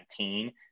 2019